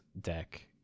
deck